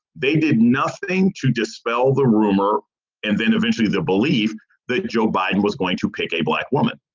they did nothing to dispel the rumor and then eventually the believe that joe biden was going to pick a black woman.